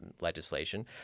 legislation